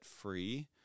free